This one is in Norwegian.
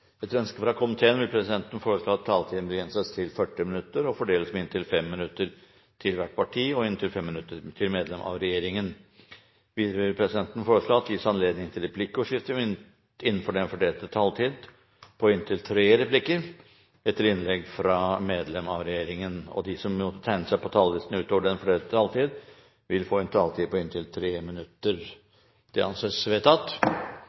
Etter ønske fra familie- og kulturkomiteen vil presidenten foreslå at taletiden begrenses til 40 minutter og fordeles med inntil 5 minutter til hvert parti og inntil 5 minutter til medlem av regjeringen. Videre vil presidenten foreslå at det gis anledning til replikkordskifte på inntil tre replikker med svar etter innlegg fra medlem av regjeringen innenfor den fordelte taletid. Videre blir det foreslått at de som måtte tegne seg på talerlisten utover den fordelte taletid, får en taletid på inntil 3 minutter. – Det anses vedtatt.